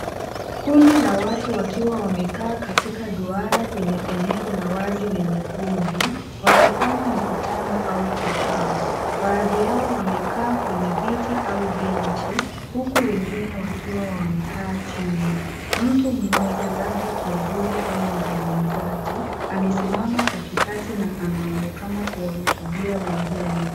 Kundi la watu wakiwa wamekaa katika duara kwenye eneo la wazi lenye vumbi wakifanya mkutano au kikao , baadhi yao wamekaa kwenye viti au benchi huku wengine wakiwa wamekaa chini mtu mmoja labda kiongozi ama mzungunzaji amesimama katikati anaonekana kuhutubia wengine.